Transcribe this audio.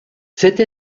cette